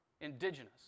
Indigenous